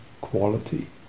quality